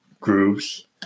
grooves